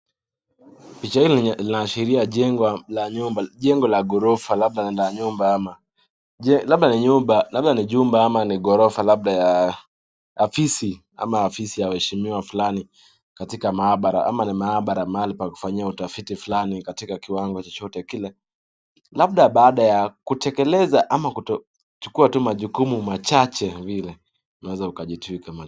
Picha hili linaashiria jengo la nyumba, jengo la ghorofa labda ni la nyumba ama. Labda ni nyumba, labda ni jumba ama ni ghorofa labda ya afisi ama afisi ya waheshimiwa fulani katika maabara ama ni maabara mahali pa kufanyia utafiti fulani katika kiwango chochote kile. Labda baada ya kutekeleza ama kuchukua tu majukumu machache vile. Unaweza ukajitwika.